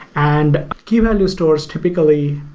and key value stores typically,